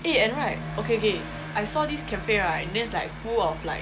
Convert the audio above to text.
eh and right okay okay I saw this cafe right the it's like full of like